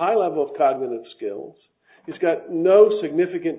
eyelevel cognitive skills he's got no significant